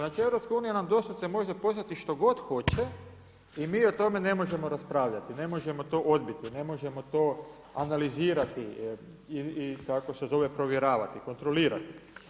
Znači Eu nam doslovce može poslati što god hoće i mi o tome ne možemo raspravljati, ne možemo to odbiti, ne možemo to analizirati i provjeravati, kontrolirati.